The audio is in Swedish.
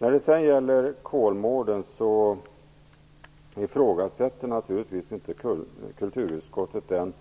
När det gäller Kolmården ifrågasätter kulturutskottet naturligtvis inte den